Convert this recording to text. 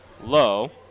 low